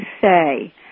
say